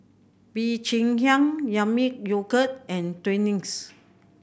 Bee Cheng Hiang Yami Yogurt and Twinings